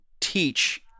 teach